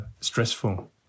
stressful